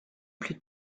plus